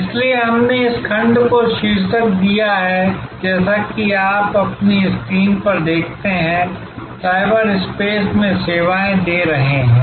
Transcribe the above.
इसलिए हमने इस खंड को शीर्षक दिया है जैसा कि आप अपनी स्क्रीन पर देखते हैं साइबरस्पेस में सेवाएं दे रहे हैं